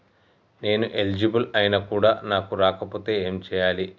నేను ఎలిజిబుల్ ఐనా కూడా నాకు రాకపోతే ఏం చేయాలి?